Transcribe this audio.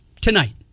tonight